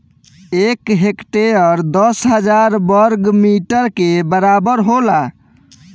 एक हेक्टेयर दस हजार वर्ग मीटर के बराबर होला